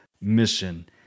mission